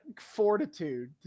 fortitude